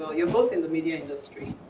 you're both in the media industry,